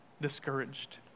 discouraged